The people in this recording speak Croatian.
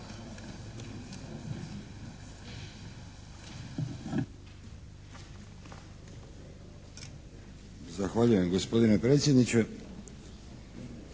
Hvala lijepa gospodine predsjedniče.